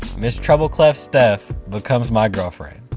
miss treble clef steph becomes my girlfriend.